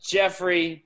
Jeffrey